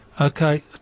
Okay